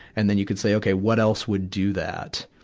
and then you can say, okay, what else would do that?